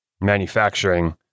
manufacturing